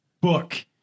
book